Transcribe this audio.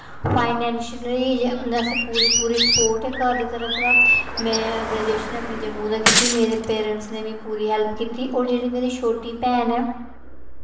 financially अस पूरी पूरी स्पोर्ट घर दी तरफ दा में ग्रेजूएशन अपनी जम्मू दा कीती होर मेरे पेरैंटस नै बी पूरी हैल्प कीती होर जेह्ड़ी मेरी छोटी भैन ऐ